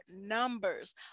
numbers